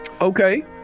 Okay